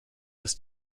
das